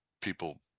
people